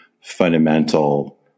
fundamental